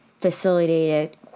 facilitated